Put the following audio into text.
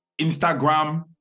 Instagram